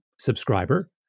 subscriber